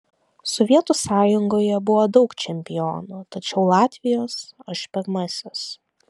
sovietų sąjungoje buvo daug čempionų tačiau latvijos aš pirmasis